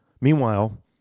Meanwhile